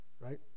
right